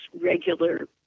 regular